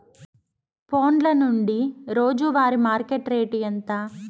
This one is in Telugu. ఫోన్ల నుండి రోజు వారి మార్కెట్ రేటు ఎంత?